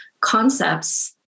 concepts